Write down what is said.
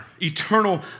eternal